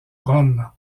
rome